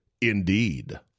Indeed